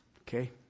Okay